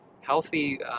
healthy